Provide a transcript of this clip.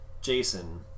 Jason